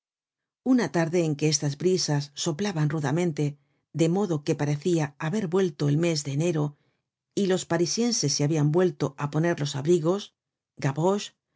una tarde en que estas brisas soplaban rudamente de modo que parecia haber vuelto el mes de enero y los parisienses se habian vuelto á poner los abrigos